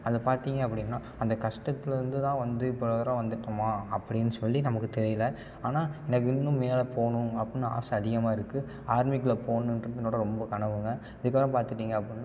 அதை பார்த்தீங்க அப்படின்னா அந்த கஷ்டத்துல இருந்துதான் வந்து இப்போ இவ்வளோ தூரம் வந்துட்டோமா அப்படின் சொல்லி நமக்கு தெரியல ஆனால் எனக்கு இன்னும் மேலே போகணும் அப்புடின்னு ஆசை அதிகமாக இருக்குது ஆர்மிக்குள்ளே போகணுன்ட்டுதான் என்னோடய ரொம்ப கனவுங்க இதுக்காக பார்த்துக்கிட்டிங்க அப்புடின்னா